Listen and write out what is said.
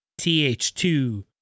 TH2